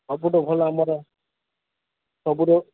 ସବୁଠୁ ଭଲ ଆମର ସବୁଠୁ